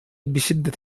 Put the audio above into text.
بشدة